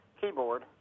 keyboard